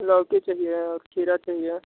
लौकी चाहिए और खीरा चाहिए